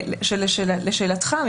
לשאלתך,